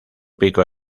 pico